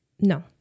No